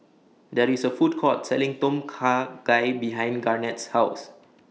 There IS A Food Court Selling Tom Kha Gai behind Garnett's House